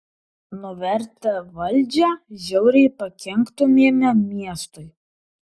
nuvertę valdžią žiauriai pakenktumėme miestui